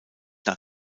nach